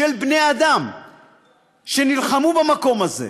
של בני-אדם שנלחמו במקום הזה,